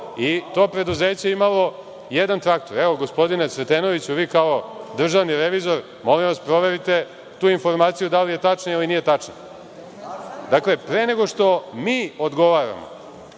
i to preduzeće imalo je jedan traktor. Evo, gospodine Sretenoviću, vi kao državni revizor, molim vas proverite tu informaciju da li je tačna ili nije tačna. Pre nego što mi odgovaramo,